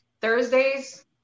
thursdays